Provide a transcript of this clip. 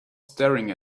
staring